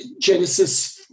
Genesis